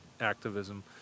activism